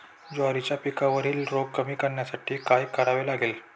ज्वारीच्या पिकावरील रोग कमी करण्यासाठी काय करावे लागेल?